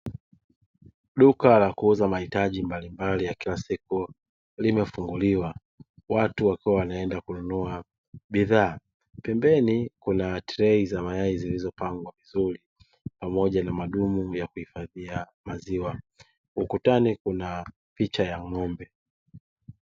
Duka la kuuza mahitaji mbalimbali ya kila siku limefunguliwa, watu wakiwa wanaenda kununua bidhaa. Pembeni kuna trei za mayai zilizopangwa vizuri, pamoja na madumu ya kuhifadhia maziwa. Ukutani kuna picha ya ng’ombe.